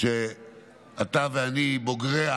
שאתה ואני בוגריו,